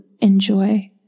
enjoy